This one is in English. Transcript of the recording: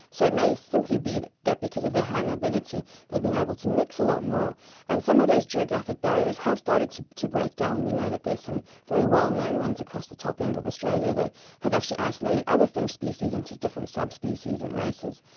so it may simply be that because of their high mobility they've been able to mix a lot more and some of those geographic barriers have started to to break down. we know that there's some very well known ones across the top end of australia that have actually isolated other finch species into different subspecies and races.